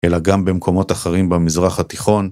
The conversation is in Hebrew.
אלא גם במקומות אחרים במזרח התיכון.